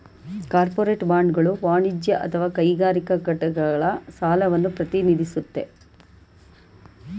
corporate ಬಾಂಡ್ಗಳು ವಾಣಿಜ್ಯ ಅಥವಾ ಕೈಗಾರಿಕಾ ಘಟಕಗಳ ಸಾಲವನ್ನ ಪ್ರತಿನಿಧಿಸುತ್ತೆ